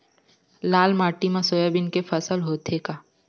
लाल माटी मा सोयाबीन के फसल होथे का?